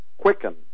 quicken